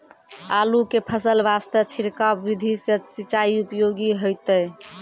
आलू के फसल वास्ते छिड़काव विधि से सिंचाई उपयोगी होइतै?